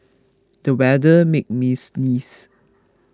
the weather made me sneeze